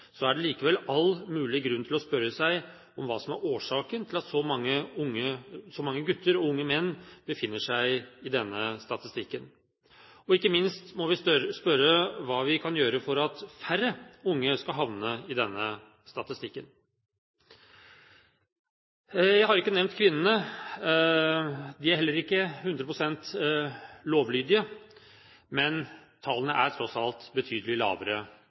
er det likevel all mulig grunn til å spørre seg hva som er årsaken til at så mange gutter og unge menn befinner seg i denne statistikken. Og ikke minst må vi spørre hva vi kan gjøre for at færre unge skal havne i denne statistikken. Jeg har ikke nevnt kvinnene. De er heller ikke hundre prosent lovlydige, men tallene er tross alt betydelig lavere